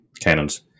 cannons